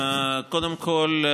קודם כול,